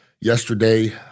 Yesterday